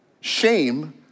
shame